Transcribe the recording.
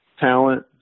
talent